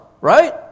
right